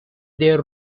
they